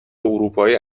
اروپایی